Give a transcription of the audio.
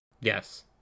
Yes